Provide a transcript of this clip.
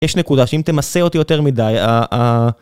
יש נקודה שאם תמסה אותי יותר מדי, אה...